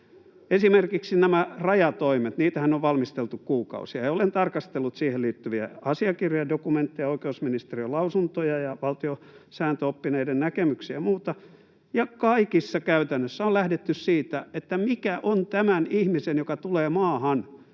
Esimerkiksi näitä rajatoimiahan on valmisteltu kuukausia. Olen tarkastellut siihen liittyviä asiakirjadokumentteja, oikeusministeriön lausuntoja ja valtiosääntöoppineiden näkemyksiä ja muuta, ja kaikissa on käytännössä lähdetty siitä, mikä on tämän ihmisen, joka tulee maahan,